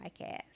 podcast